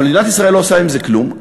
אבל מדינת ישראל לא עושה עם זה כלום,